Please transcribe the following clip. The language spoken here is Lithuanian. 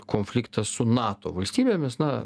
konfliktas su nato valstybėmis na